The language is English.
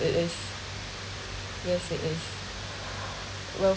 it is yes it is well